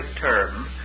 term